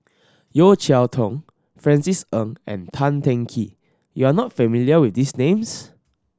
Yeo Cheow Tong Francis Ng and Tan Teng Kee you are not familiar with these names